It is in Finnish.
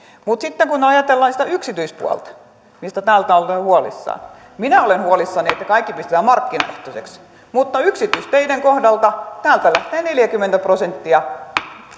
sitten kun ajatellaan sitä yksityispuolta mistä täällä ollaan kauhean huolissaan minä olen huolissani että kaikki pistetään markkinaehtoiseksi mutta yksityisteiden kohdalta täältä lähtee neljäkymmentä prosenttia